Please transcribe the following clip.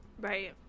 right